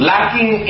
Lacking